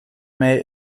mij